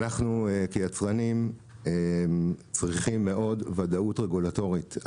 אנחנו כיצרנים צריכים מאוד וודאות רגולטורית.